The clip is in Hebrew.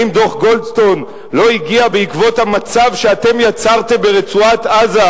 האם דוח-גולדסטון לא הגיע בעקבות המצב שאתם יצרתם ברצועת-עזה,